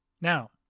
Now